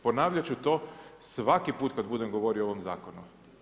Ponavljat ću to svaki put kad budem govorio o ovom zakonu.